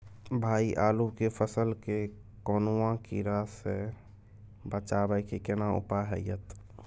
भाई आलू के फसल के कौनुआ कीरा से बचाबै के केना उपाय हैयत?